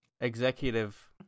executive